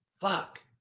fuck